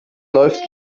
läuft